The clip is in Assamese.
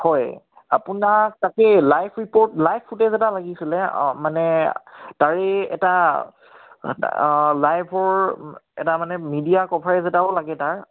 হয় আপোনাক তাকেই লাইভ ৰিপ'ৰ্ট লাইভ ফুটেজ এটা লাগিছিলে অঁ মানে তাৰেই এটা লাইভৰ এটা মানে মিডিয়া কভাৰেজ এটাও লাগে তাৰ